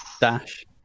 Dash